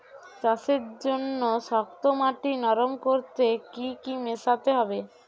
চাষের জন্য শক্ত মাটি নরম করতে কি কি মেশাতে হবে?